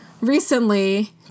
recently